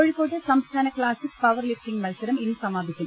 കോഴിക്കോട്ട് സംസ്ഥാന classic power lifting മത്സരം ഇന്ന് സമാപിക്കും